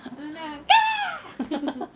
!alah! kak